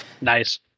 nice